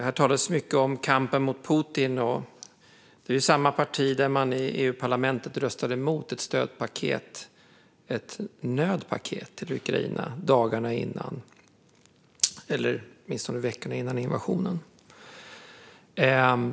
Här talades mycket om kampen mot Putin, men det här är samma parti som i EU-parlamentet röstade emot ett stödpaket - ett nödpaket - till Ukraina veckorna före invasionen.